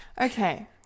Okay